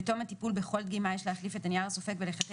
בתום הטיפול בכל דגימה יש להחליף את הנייר הסופג ולחטא